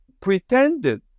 pretended